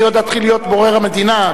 אני עוד אתחיל להיות בורר המדינה.